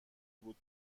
بود